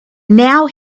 now